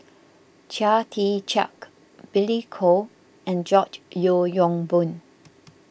Chia Tee Chiak Billy Koh and George Yeo Yong Boon